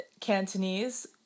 Cantonese